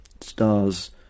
stars